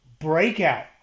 Breakout